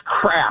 crap